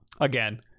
again